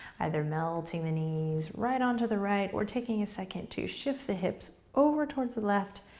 either melting the knees right onto the right, or taking a second to shift the hips over towards the left,